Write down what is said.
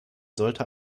sollte